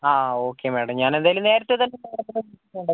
ആ okay madam ഞാനെന്തായാലും നേരത്തെതന്നെ മാഡത്തിനെ കോണ്ടാക്ട്